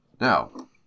Now